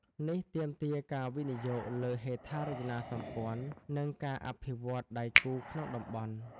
នេះទាមទារការវិនិយោគលើហេដ្ឋារចនាសម្ព័ន្ធ និងការអភិវឌ្ឍដៃគូក្នុងតំបន់។